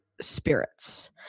spirits